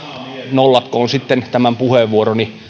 nollatkoon sitten puheenvuoroni